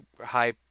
high